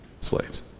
slaves